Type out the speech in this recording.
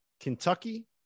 Kentucky